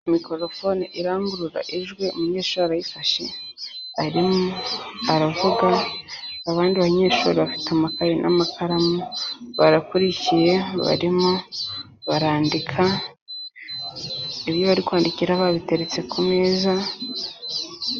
Mikorofone irangurura ijwi umunyeshuri arayifashe arimo arayivugiraho, abandi banyeshuri bafite amakaye n'amakaramu barakurikiye barimo barandika,i byo bari kwandikiraho babiteretse ku meza.